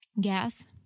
Gas